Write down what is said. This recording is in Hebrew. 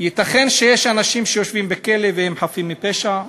ייתכן שיש אנשים שיושבים בכלא והם חפים מפשע?